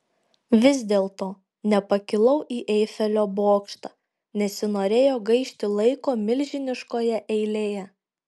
vis dėlto nepakilau į eifelio bokštą nesinorėjo gaišti laiko milžiniškoje eilėje